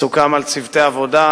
סוכם על צוותי עבודה.